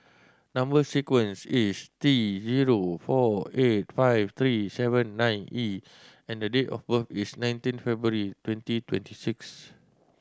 number sequence is T zero four eight five three seven nine E and date of birth is nineteen February twenty twenty six